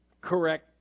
correct